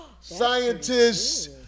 scientists